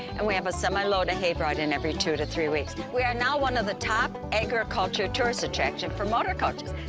and we have a semi load of hale brought in every two to three weeks. we are now one of the top agriculture tourists attraction for motor coaches.